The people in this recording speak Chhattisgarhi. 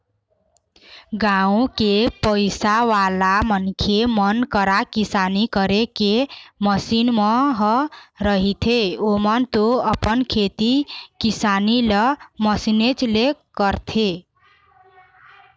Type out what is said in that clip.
गाँव के पइसावाला मनखे मन करा किसानी करे के मसीन मन ह रहिथेए ओमन तो अपन खेती किसानी ल मशीनेच ले करथे